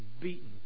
beaten